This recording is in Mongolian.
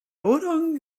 өөрөө